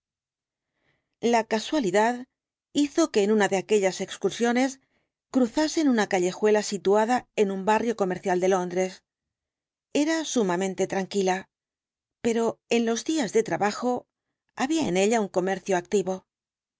la casualidad hizo que en una de aquellas excursiones cruzasen una callejuela situada en un barrio comercial de londres era sumamente tranquila pero en los días de trabajo había en ella un comercio activo